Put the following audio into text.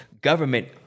government